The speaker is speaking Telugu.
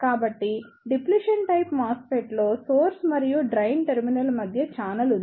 కాబట్టి డిప్లిషన్ టైప్ MOSFET లో సోర్స్ మరియు డ్రైన్ టెర్మినల్ మధ్య ఛానెల్ ఉంది